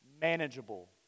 manageable